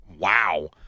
Wow